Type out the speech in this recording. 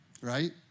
Right